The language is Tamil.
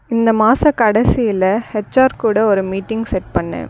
இந்த மாதக் கடைசியில் ஹெச்ஆர் கூட ஒரு மீட்டிங் செட் பண்ணு